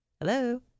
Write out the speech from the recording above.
Hello